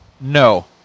No